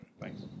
thanks